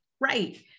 Right